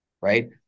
right